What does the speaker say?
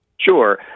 Sure